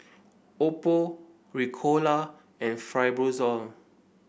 Oppo Ricola and Fibrosol